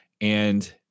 And-